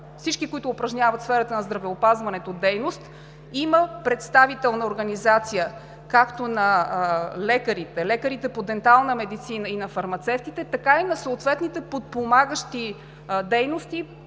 всички, които упражняват в сферата на здравеопазването дейност, има представителна организация както на лекарите, лекарите по дентална медицина и на фармацевтите, така и на съответните подпомагащи дейности,